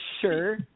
sure